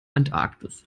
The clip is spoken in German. antarktis